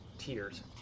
Tears